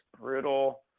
brutal